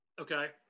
Okay